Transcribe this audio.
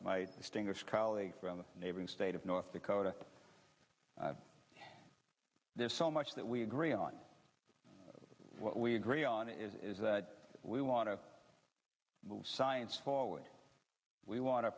my distinguished colleague from the neighboring state of north dakota there's so much that we agree on what we agree on is that we want to move science forward we want to